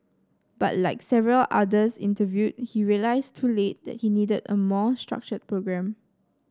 but like several others interviewed he realised too late that he needed a more structured programme